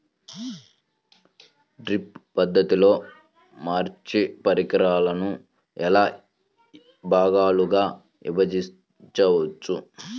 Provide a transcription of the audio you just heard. Drip పద్ధతిలో అమర్చే పరికరాలను ఎన్ని భాగాలుగా విభజించవచ్చు?